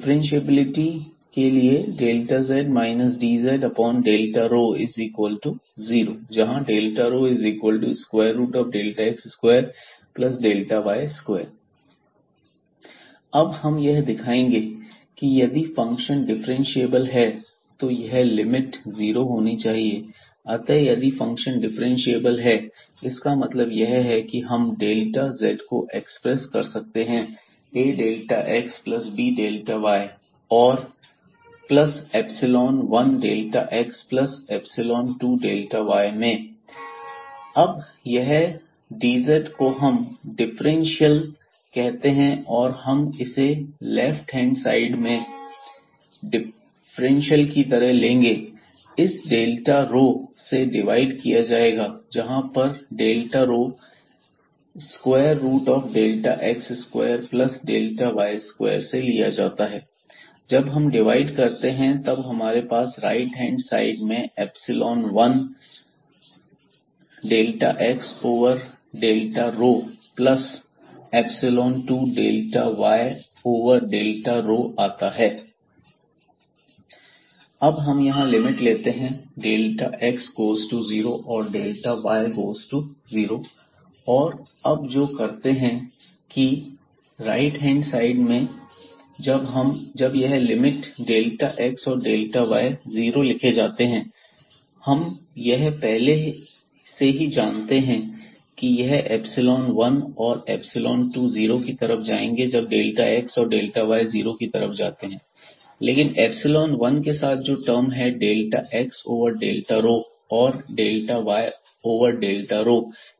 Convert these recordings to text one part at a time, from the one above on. differentiability⟺ z dz 0ρx2y2 अब हम यह दिखाएंगे कि यदि फंक्शन डिफरेंशिएबल है तो यह लिमिट जीरो होनी चाहिए अतः यदि f डिफरेंशिएबल है इसका मतलब यह है कि हम डेल्टा z को एक्सप्रेस कर सकते हैं a delta x plus b delta y और plus epsilon 1 delta x plus epsilon 2 delta y मैं अब यह dz को ही हम डिफरेंशियल कहते हैं और इसे हम लेफ्ट हैंड साइड में डिफरेंशियल की तरह लेंगे इस डेल्टा रोसे डिवाइड किया जाएगा जहां पर delta rho square root of delta x square plus delta y square से लिया जाता है जब हम डिवाइड करते हैं तब हमारे पास राइट हैंड साइड में epsilon 1 delta x over delta rho plus epsilon 2 delta y over delta रोआता है z dz1x2y अब हम यहां लिमिट लेते हैं delta x goes to zero और delta y goes to zero और अब जो करते हैं की राइट हैंड साइड में जब यह लिमिट डेल्टा x और डेल्टा y 0 लिखे जाते हैं हम यह पहले से ही जानते हैं कि यह इप्सिलोन वन और यह इप्सिलोन 2 जीरो की तरफ जाएंगे जब डेल्टा x और डेल्टा y जीरो की तरफ जाते हैं लेकिन इप्सिलोन वन के साथ जो टर्म है डेल्टा x ओवर डेल्टा रो और delta y over delta rho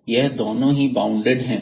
यह दोनों ही बॉउंडेड हैं